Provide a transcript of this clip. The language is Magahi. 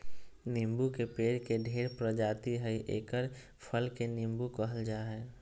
नीबू के पेड़ के ढेर प्रजाति हइ एकर फल के नीबू कहल जा हइ